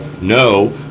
no